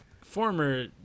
Former